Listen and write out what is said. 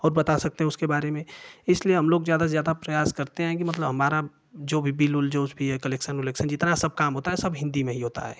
और बता सकते हैं उसके बारे मे इसलिए हम लोग ज़्यादा से ज़्यादा प्रयास करते हैं कि मतलब हमारा जो भी बिल उल जो भी हे कलेक्सन वलेक्सन जितना सब काम होता है सब हिन्दी मे ही होता है